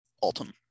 Alton